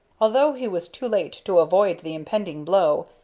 although he was too late to avoid the impending blow,